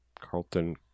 Carlton